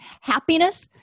Happiness